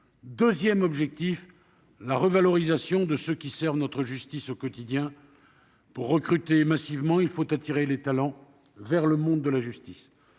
deuxième objectif est la revalorisation de ceux qui servent notre justice au quotidien. Pour recruter massivement, il faut attirer les talents vers le monde de la justice.